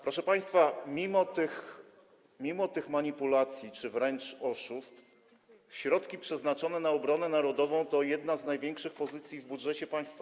Proszę państwa, mimo tych manipulacji czy wręcz oszustw środki przeznaczone na obronę narodową to jedna z największych pozycji w budżecie państwa.